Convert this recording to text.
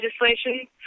legislation